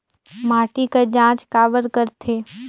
माटी कर जांच काबर करथे?